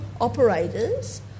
operators